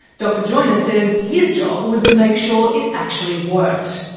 dr joiner says his job was to make sure it actually worked.